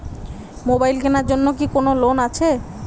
Mobile কেনার জন্য কি কোন লোন আছে?